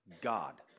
God